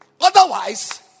Otherwise